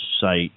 site